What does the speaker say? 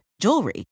jewelry